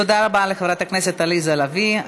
תודה רבה לחברת הכנסת עליזה לביא.